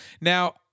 Now